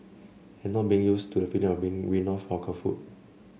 and not being used to the feeling of being weaned off hawker food